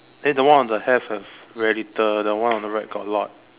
then the one on the left have very little the one on the right got a lot